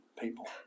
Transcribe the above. people